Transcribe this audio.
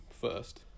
first